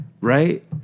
right